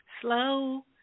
Slow